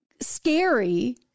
scary